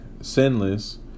sinless